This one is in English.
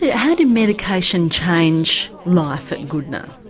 how did medication change life at goodna?